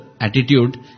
attitude